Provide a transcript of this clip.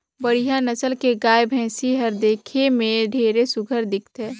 बड़िहा नसल के गाय, भइसी हर देखे में ढेरे सुग्घर दिखथे